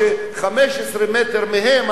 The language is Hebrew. שעשו את העבירה הזו באום-אל-פחם.